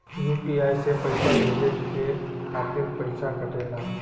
UPI से पइसा भेजने के खातिर पईसा कटेला?